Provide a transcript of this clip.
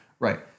Right